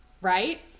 right